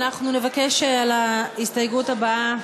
אנחנו נבקש על ההסתייגות הבאה